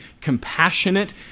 compassionate